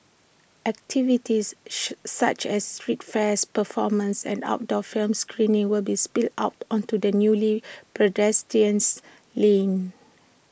activities such as street fairs performances and outdoor film screenings will be spill out onto the newly pedestrianised lane